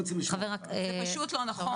זה פשוט לא נכון.